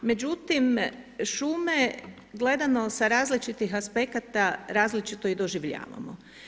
Međutim, šume gledano sa različitih aspekata različito i doživljavamo.